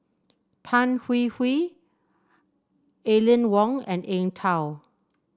Tan Hwee Hwee Aline Wong and Eng Tow